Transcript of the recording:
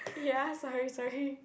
ya sorry sorry